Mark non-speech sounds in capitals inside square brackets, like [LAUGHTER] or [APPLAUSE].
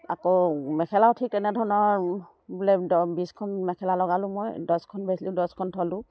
আকৌ মেখেলাও ঠিক তেনেধৰণৰ বোলে [UNINTELLIGIBLE] বিছখন মেখেলা লগালোঁ মই দহখন বেচিলোঁ দহখন থলোঁ